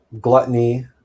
gluttony